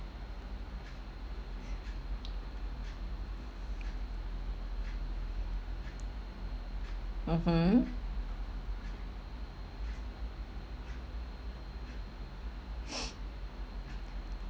mmhmm